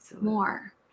more